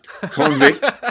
convict